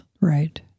right